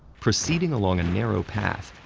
proceeding along a narrow path,